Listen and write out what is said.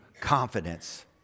confidence